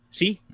see